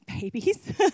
babies